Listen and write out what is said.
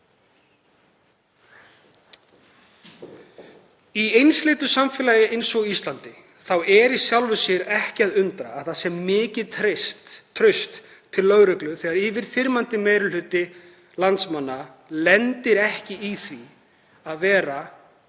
Í einsleitu samfélagi eins og Íslandi er í sjálfu sér ekki að undra að það sé mikið traust til lögreglu þegar yfirþyrmandi meiri hluti landsmanna lendir ekki í því að vera